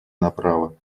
направо